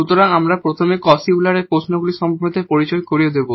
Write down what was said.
সুতরাং আমরা প্রথমে Cauchy Euler এর প্রশ্নগুলি সম্পর্কে পরিচয় করিয়ে দেব